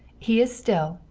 he is still,